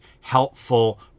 helpful